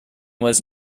was